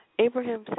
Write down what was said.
Abraham